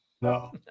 No